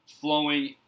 flowing